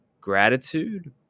gratitude